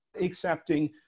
accepting